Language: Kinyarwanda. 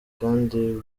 kandi